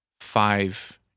five